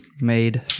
made